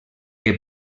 que